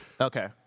Okay